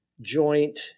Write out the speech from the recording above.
joint